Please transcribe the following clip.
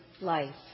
life